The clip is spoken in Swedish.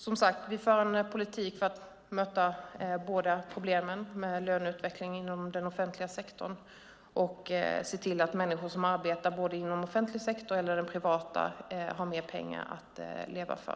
Som sagt: Vi för en politik för att möta problemen med löneutveckling inom den offentliga sektorn och se till att människor som arbetar inom offentlig sektor och inom den privata har mer pengar att leva för.